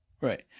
Right